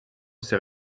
ces